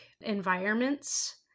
environments